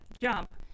jump